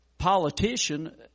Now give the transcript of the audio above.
politician